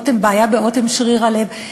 בעיה באוטם שריר הלב,